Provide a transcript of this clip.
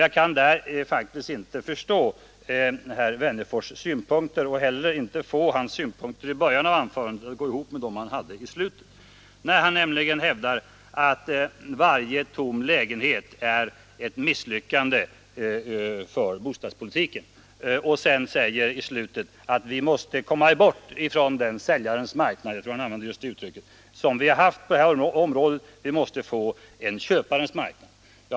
Jag kan därför inte förstå herr Wennerfors” synpunkter, och inte heller kan jag få de synpunkter han hade i början av sitt anförande att gå ihop med vad han sade i slutet. Herr Wennerfors hävdade ju att varje tom lägenhet är ett misslyckande för bostadspolitiken. I slutet av sitt anförande sade han sedan, att vi måste komma bort från den säljarens marknad som vi har f. n. och få en köparens marknad.